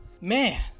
man